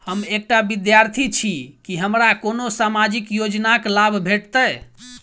हम एकटा विद्यार्थी छी, की हमरा कोनो सामाजिक योजनाक लाभ भेटतय?